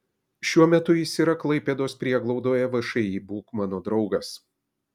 šiuo metu jis yra klaipėdos prieglaudoje všį būk mano draugas